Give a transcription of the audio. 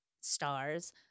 stars